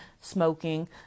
smoking